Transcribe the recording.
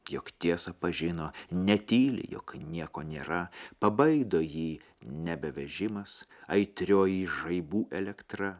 juk tiesą pažino netyli jog nieko nėra pabaido jį nebevežimas aitrioji žaibų elektra